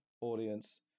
audience